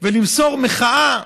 ולמסור מחאה,